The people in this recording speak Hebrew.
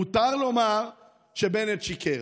מותר לומר שבנט שיקר.